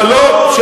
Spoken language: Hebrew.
הביאו טרור,